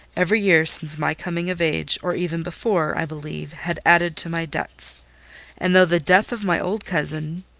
every year since my coming of age, or even before, i believe, had added to my debts and though the death of my old cousin,